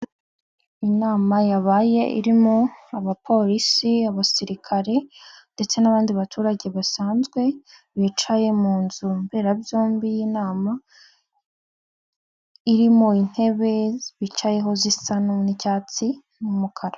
Inama yabaye irimo abapolisi, abasirikare ndetse n'abandi baturage basanzwe bicaye mu nzu mberabyombi y'inama irimo intebe bicayeho zisa n'icyatsi n'umukara.